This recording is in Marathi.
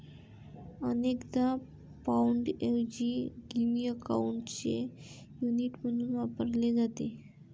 अनेकदा पाउंडऐवजी गिनी अकाउंटचे युनिट म्हणून वापरले जाते